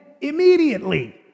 immediately